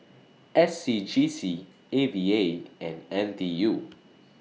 S C G C A V A and N T U